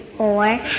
Four